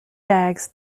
bags